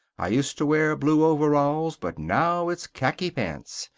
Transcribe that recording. i used to wear blue overalls but now it's khaki pants.